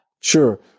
Sure